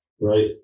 Right